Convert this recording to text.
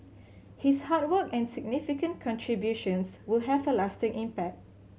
his hard work and significant contributions will have a lasting impact